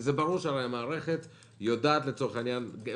זה ברור שהמערכת יודעת לטפל במאסה הגדולה,